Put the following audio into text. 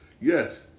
Yes